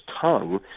tongue